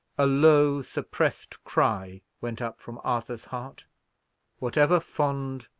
a low, suppressed cry went up from arthur's heart whatever fond,